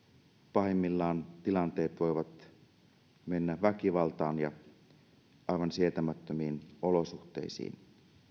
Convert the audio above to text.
pahimmillaan tilanteet voivat mennä väkivaltaan ja aivan sietämättömiin olosuhteisiin